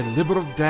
Liberal